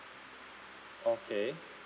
okay